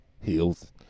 heels